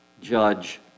judge